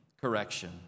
correction